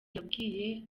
yabwiye